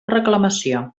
reclamació